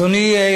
אדוני.